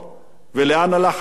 ולאן הלך הכסף.